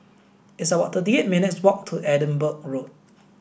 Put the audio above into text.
it's about thirty eight minutes' walk to Edinburgh Road